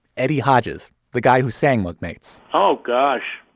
eddie hodges, the guy who sang workmates oh, gosh,